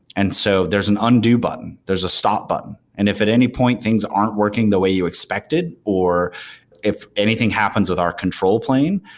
and so there's an undo button. there's a stop button, and if it any point things aren't working the way you expected or if anything happens with our control plane,